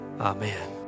Amen